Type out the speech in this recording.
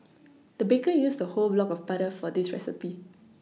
the baker used a whole block of butter for this recipe